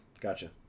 Gotcha